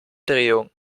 drehung